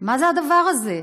מה זה הדבר הזה?